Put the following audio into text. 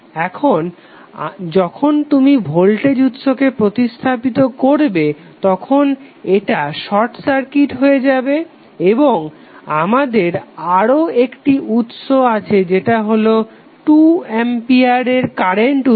এখন যখন তুমি ভোল্টেজ উৎসকে প্রতিস্থাপিত করবে তখন এটা শর্ট সার্কিট হয়ে যাবে এবং আমাদের আরও একটি উৎস আছে যেটা হলো 2A এর কারেন্ট উৎস